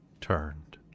turned